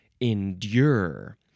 endure